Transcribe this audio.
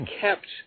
kept